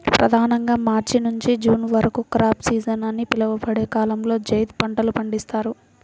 ప్రధానంగా మార్చి నుండి జూన్ వరకు క్రాప్ సీజన్ అని పిలువబడే కాలంలో జైద్ పంటలు పండిస్తారు